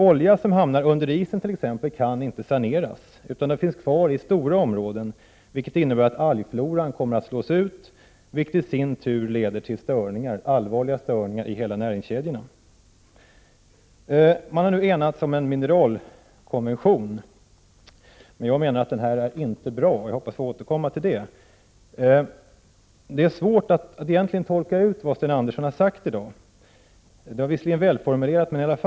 Olja som t.ex. hamnar under isen kan inte saneras, utan den finns kvar i stora områden. Det medför att algfloran kommer att slås ut, vilket i sin tur kommer att leda till allvarliga störningar i hela näringskedjan. Man har nu enats om en mineralkonvention. Jag tycker emellertid inte att den är bra. Jag hoppas få återkomma till det. Det är svårt att egentligen tolka vad Sten Andersson har sagt i dag, även om det var välformulerat.